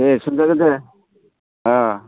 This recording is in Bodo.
एह सोंजागोन दे